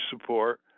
support